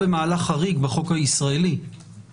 ביחד עם השר האחראי וביחד עם הנהלת בתי הדין הרבניים בסוגיה הזאת